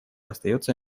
остается